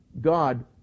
God